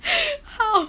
how